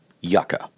yucca